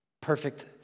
perfect